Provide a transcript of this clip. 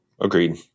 Agreed